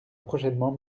prochainement